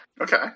Okay